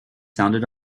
sounded